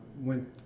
went